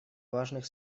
важных